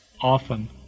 often